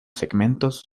segmentos